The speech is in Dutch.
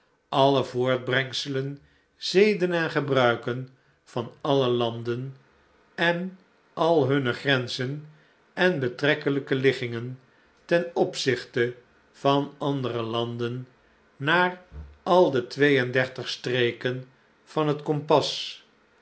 alle voortbrengselen zeden en gebruiken van alle landen en al hunne grenzen en betrekkelijke liggingen ten opzichte van andere landen naar al de twee en dertig streken van het kompas